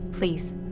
Please